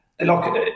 Look